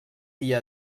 dia